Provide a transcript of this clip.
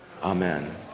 Amen